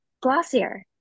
Glossier